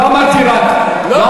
לא אמרתי "רק".